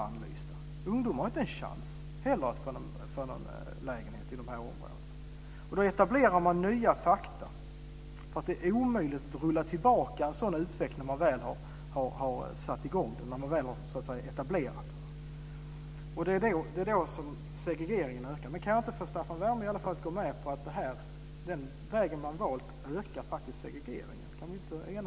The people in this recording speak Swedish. Inte heller de har en chans att få en lägenhet i de här områdena. Därigenom etableras nya förhållanden. Det är omöjligt att rulla tillbaka en sådan utveckling när den väl har kommit i gång. Då ökar segregeringen. Kan inte Staffan Werme i alla fall gå med på att den väg som man valt faktiskt ökar segregeringen?